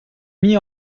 mis